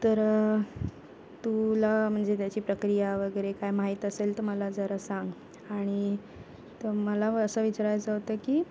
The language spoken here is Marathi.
तर तुला म्हणजे त्याची प्रक्रिया वगैरे काय माहीत असेल तर मला जरा सांग आणि तर मला असं विचारायचं होतं की